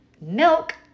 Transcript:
milk